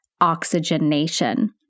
oxygenation